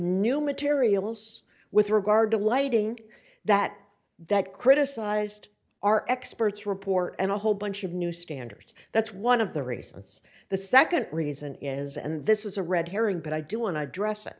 new materials with regard to lighting that that criticized our expert's report and a whole bunch of new standards that's one of the reasons the second reason is and this is a red herring but i do and i address